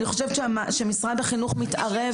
אני חושבת שמשרד החינוך מתערב.